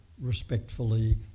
respectfully